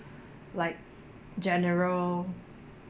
like general